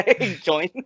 join